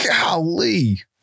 Golly